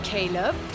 Caleb